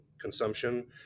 consumption